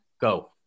go